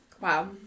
Wow